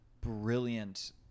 brilliant